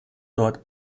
dort